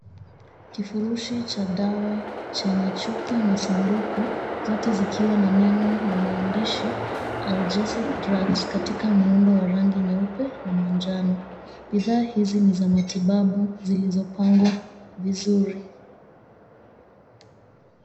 Kifurushi cha dawa chenye chupa na sanduku zote zikiwa na neno na maandishi Algesive drugs katika muundo wa rangi nyeupe na manjano. Bidhaa hizi ni za matibabu zilizopangwa vizuri.